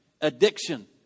addiction